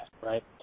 right